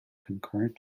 concurrent